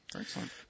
Excellent